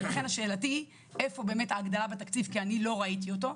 לכן שאלתי היא איפה באמת ההגדלה בתקציב כי אני לא ראיתי אותה,